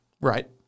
right